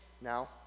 Now